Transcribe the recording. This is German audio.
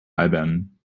albern